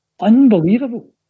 Unbelievable